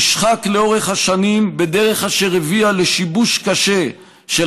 נשחק לאורך השנים בדרך אשר הביאה לשיבוש קשה של